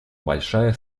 большая